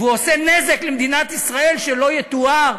והוא עושה למדינת ישראל נזק שלא יתואר.